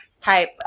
type